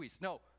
no